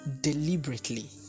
deliberately